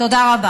תודה רבה.